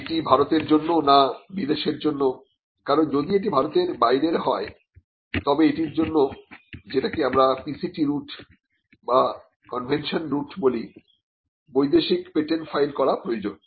এটি ভারতের জন্য না বিদেশের জন্য কারণ যদি এটি ভারতের বাইরের হয় তবে এটির জন্য যেটাকে আমরা PCT রুট বা কনভেনশন রুট বলি বৈদেশিক পেটেন্ট ফাইল করা প্রয়োজন